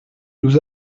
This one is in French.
nous